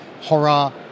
horror